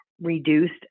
reduced